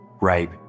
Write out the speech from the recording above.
rape